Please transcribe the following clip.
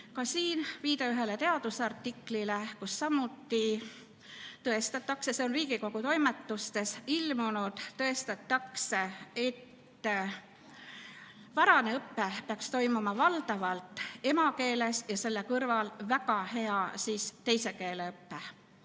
on siin viide ühele teadusartiklile, kus samuti tõestatakse – see on Riigikogu Toimetistes ilmunud –, et varane õpe peaks toimuma valdavalt emakeeles ja selle kõrval [peaks olema] väga hea teise keele õpe.